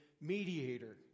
mediator